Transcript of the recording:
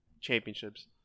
championships